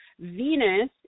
Venus